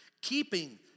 Keeping